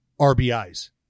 RBIs